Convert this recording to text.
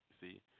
see